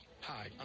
Hi